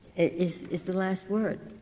is is the last word.